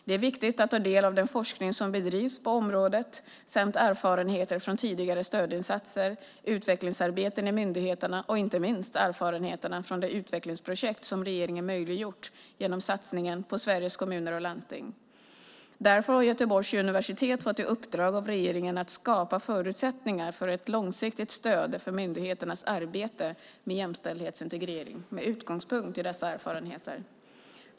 Det är viktigt att ta del av den forskning som bedrivs på området samt erfarenheter från tidigare stödinsatser, utvecklingsarbeten i myndigheterna och inte minst erfarenheterna från de utvecklingsprojekt som regeringen möjliggjort genom satsningen på Sveriges Kommuner och Landsting. Därför har Göteborgs universitet fått i uppdrag av regeringen att skapa förutsättningar för ett långsiktigt stöd för myndigheternas arbete med jämställdhetsintegrering, med utgångspunkt i dessa erfarenheter.